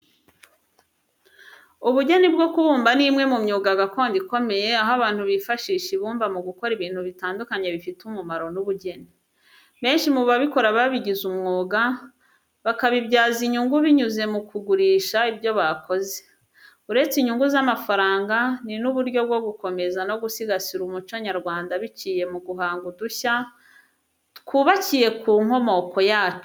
Ubugeni bwo kubumba ni imwe mu myuga gakondo ikomeye , aho abantu bifashisha ibumba mu gukora ibintu bitandukanye bifite umumaro n’ubugeni. Benshi mu babikora babigize umwuga, bakabibyaza inyungu binyuze mu kugurisha ibyo bakoze. Uretse inyungu z’amafaranga, ni n’uburyo bwo gukomeza no gusigasira umuco nyarwanda biciye mu guhanga udushya twubakiye ku nkomoko yacu.